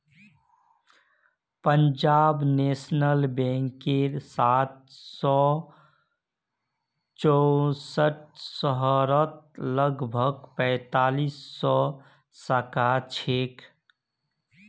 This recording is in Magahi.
पंजाब नेशनल बैंकेर सात सौ चौसठ शहरत लगभग पैंतालीस सौ शाखा छेक